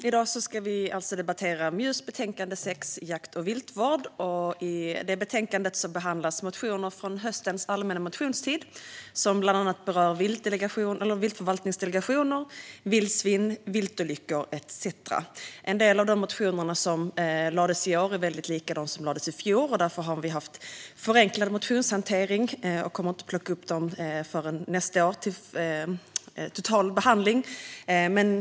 Fru talman! I dag ska vi debattera betänkande MJU6 Jakt och viltvård . I betänkandet behandlas motioner från höstens allmänna motionstid som berör bland annat viltförvaltningsdelegationer, vildsvin, viltolyckor etcetera. En del av de motioner som väcktes under hösten är väldigt lika dem som väcktes under föregående höst, och därför har vi haft en förenklad motionshantering och kommer inte att plocka upp dem till total behandling förrän nästa år.